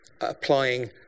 applying